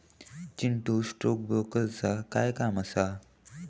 Chintu, stock ब्रोकरचा काय काम असा?